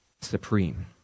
supreme